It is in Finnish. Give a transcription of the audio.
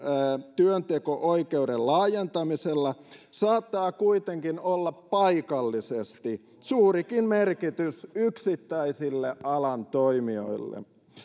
työnteko oikeuden laajentamisella saattaa kuitenkin olla paikallisesti suurikin merkitys yksittäisille alan toimijoille